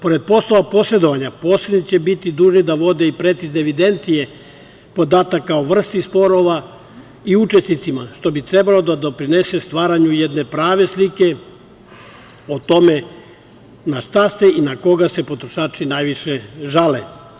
Pored poslova posredovanja, posrednici će biti dužni da vode i precizne evidencije podataka o vrsti sporova i učesnicima, što bi trebalo da doprinese stvaranju jedne prave slike o tome na šta se i na koga se potrošači najviše žale.